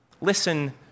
Listen